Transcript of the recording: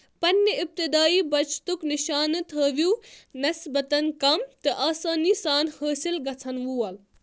پَنٛنہِ اِبتِدٲیی بچتُک نِشانہٕ تٔھوِیِو نٮ۪سبَتاً کم تہٕ آسٲنی سان حٲصِل گَژھن وول